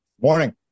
Morning